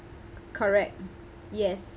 correct yes